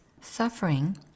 suffering